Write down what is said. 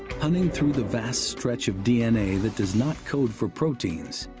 hunting through the vast stretch of d n a. that does not code for proteins,